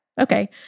Okay